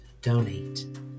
donate